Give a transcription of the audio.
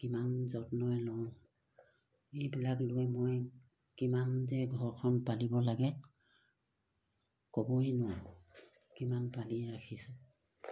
কিমান যত্নৰে লওঁ এইবিলাক লৈ মই কিমান যে ঘৰখন পালিব লাগে ক'বই নোৱাৰোঁ কিমান পালি ৰাখিছোঁ